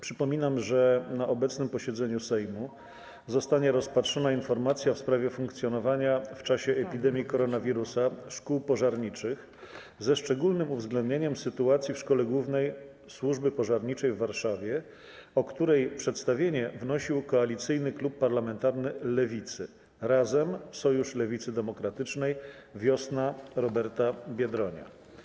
Przypominam, że na obecnym posiedzeniu Sejmu zostanie rozpatrzona informacja w sprawie funkcjonowania w czasie epidemii koronawirusa szkół pożarniczych, ze szczególnym uwzględnieniem sytuacji w Szkole Głównej Służby Pożarniczej w Warszawie, o której przedstawienie wnosił Koalicyjny Klub Parlamentarny Lewicy (Razem, Sojusz Lewicy Demokratycznej, Wiosna Roberta Biedronia)